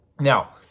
Now